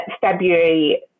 February